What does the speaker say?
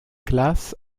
classe